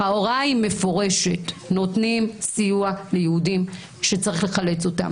ההוראה היא מפורשת: נותנים סיוע ליהודים שצריך לחלץ.